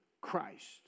Christ